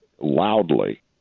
loudly